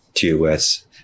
TOS